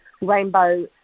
rainbow